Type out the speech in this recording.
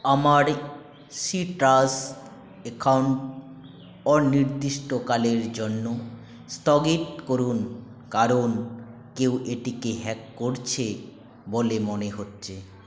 আমার সিটাস অ্যাকাউন্ট অনির্দিষ্টকালের জন্য স্থগিত করুন কারণ কেউ এটিকে হ্যাক করেছে বলে মনে হচ্ছে